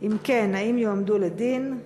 2. אם כן, האם יועמדו לדין?